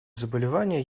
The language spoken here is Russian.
заболевания